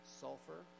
sulfur